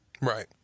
Right